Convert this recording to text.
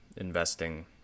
investing